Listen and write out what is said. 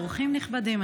אורחים נכבדים,